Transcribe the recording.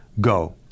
go